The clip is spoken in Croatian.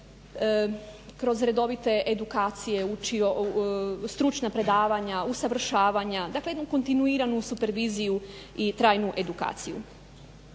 kroz redovite edukacije, stručna predavanja, usavršavanja dakle jednu kontinuiranu super viziju i trajnu edukaciju.